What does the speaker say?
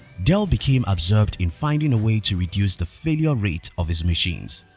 dell became absorbed in finding a way to reduce the failure rate of his machines.